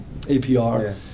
APR